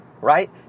right